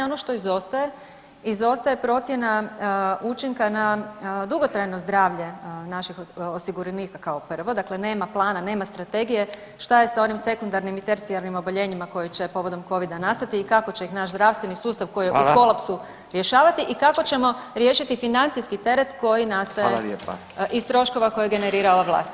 Ono što izostaje, izostaje procjena učinka na dugotrajno zdravlje naših osiguranika kao prvo, dakle nema plana, nema strategije, šta je sa onim sekundarnim i tercijarnim oboljenjima koji će povodom covida nastati i kako će ih naš zdravstveni sustav koji je u kolapsu rješavati i kako ćemo riješiti financijski teret koji nastaje iz troškova koje je generirala vlast?